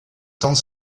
temps